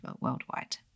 worldwide